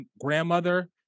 grandmother